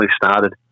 started